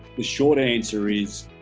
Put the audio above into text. the short answer is